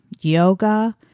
yoga